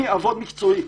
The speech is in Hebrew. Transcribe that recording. אני אעבוד מקצועי.